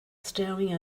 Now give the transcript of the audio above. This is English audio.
staring